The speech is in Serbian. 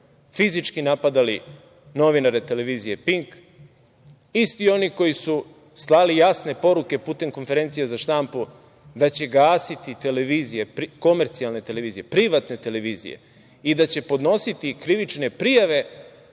fizički napadali novinare TV Pink. Isti oni koji su slali jasne poruke putem konferencije za štampu da će gasiti komercijalne televizije, privatne televizije i da će podnositi krivične prijave